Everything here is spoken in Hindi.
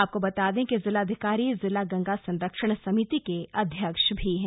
आपको बता दें कि जिलाधिकारी जिला गंगा संरक्षण समिति के अध्यक्ष भी हैं